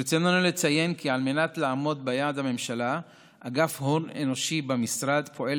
ברצוננו לציין כי על מנת לעמוד ביעד הממשלה אגף הון אנושי במשרד פועל